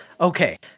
okay